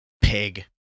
Pig